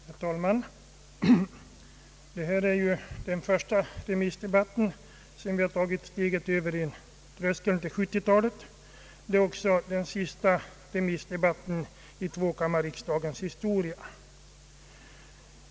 Herr talman! Detta är ju den första remissdebatten sedan vi tagit steget över till 1970-talet, och det är också den sista remissdebatten i tvåkammarriksdagens historia.